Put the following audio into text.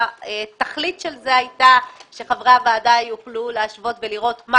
התכלית של זה הייתה שחברי הוועדה יוכלו להשוות ולראות מה